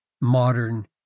modern